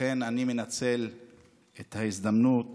לכן אני מנצל את ההזדמנות